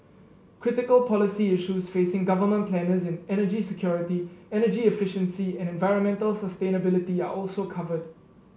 critical policy issues facing government planners in energy security energy efficiency and environmental sustainability are also covered